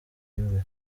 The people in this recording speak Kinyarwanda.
imbere